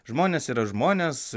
žmonės yra žmonės